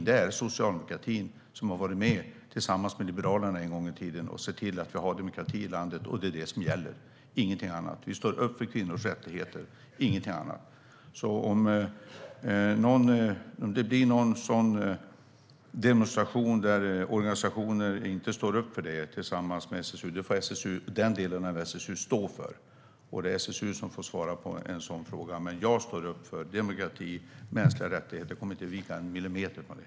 Det är socialdemokratin som tillsammans med liberalerna en gång tiden har sett till att vi har demokrati i landet, och det är det som gäller - ingenting annat. Vi står upp för kvinnors rättigheter - ingenting annat. Om det är någon demonstration tillsammans med SSU där andra organisationer inte står upp för detta så får den delen av SSU stå för det, och det är SSU som får svara på en sådan fråga. Jag står upp för demokrati och mänskliga rättigheter, och jag kommer inte att vika en millimeter från det.